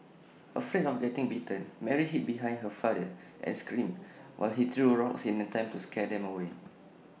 afraid of getting bitten Mary hid behind her father as screamed while he threw rocks in an attempt to scare them away